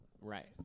Right